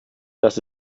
das